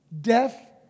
death